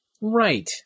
Right